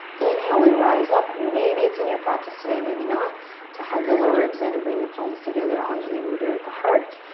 inhale, we rise up. maybe it's in your practice today, maybe not to hug the low ribs in and bring the palms together, anjuli mudra at the heart.